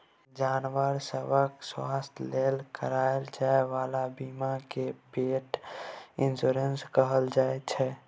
जानबर सभक स्वास्थ्य लेल कराएल जाइ बला बीमा केँ पेट इन्स्योरेन्स कहल जाइ छै